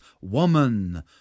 woman